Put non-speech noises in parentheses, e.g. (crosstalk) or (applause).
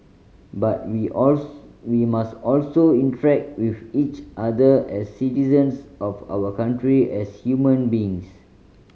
but we (unintelligible) we must also interact with each other as citizens of our country as human beings